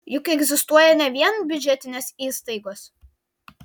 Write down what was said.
juk egzistuoja ne vien biudžetinės įstaigos